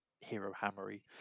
hero-hammery